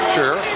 Sure